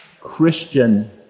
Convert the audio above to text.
Christian